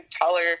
taller